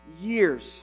Years